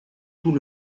tout